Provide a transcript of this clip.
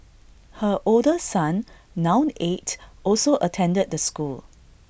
her older son now eight also attended the school